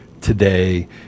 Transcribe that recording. today